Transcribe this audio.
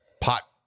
pot